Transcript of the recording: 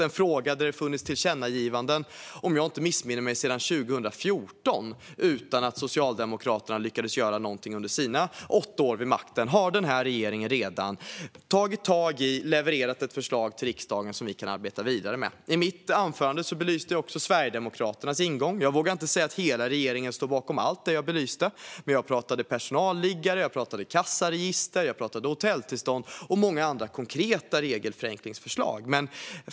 En fråga där det har funnits tillkännagivanden, om jag inte missminner mig, sedan 2014 utan att Socialdemokraterna lyckades göra någonting under sina åtta år vid makten har den här regeringen redan tagit tag i och levererat ett förslag till riksdagen som vi kan arbeta vidare med. I mitt anförande belyste jag också Sverigedemokraternas ingång. Jag vågar inte säga att hela regeringen står bakom allt det jag belyste, men jag pratade personalliggare, kassaregister, hotelltillstånd och många andra konkreta regelförenklingsförslag.